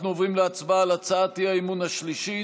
אנחנו עוברים להצבעה על הצעת האי-אמון השלישית,